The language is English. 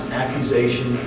accusation